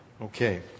Okay